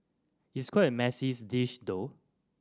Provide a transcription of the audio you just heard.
it's quite a messy dish though